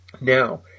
Now